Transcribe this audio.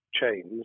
chains